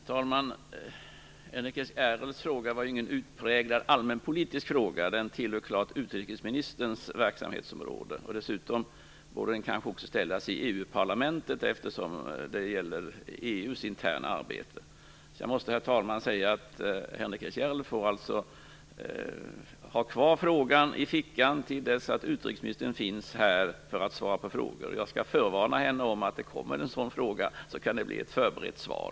Herr talman! Henrik S Järrels fråga var ingen utpräglad allmänpolitisk fråga. Den tillhör klart utrikesministerns verksamhetsområde. Dessutom borde den kanske också ställas i EU-parlamentet, eftersom det gäller EU:s interna arbete. Därför, herr talman, får Henrik S Järrel ha frågan kvar i fickan till dess att utrikesministern finns här för att svara på frågor. Jag skall förvarna henne om att det kommer att ställas en sådan fråga, så att det kan bli ett förberett svar.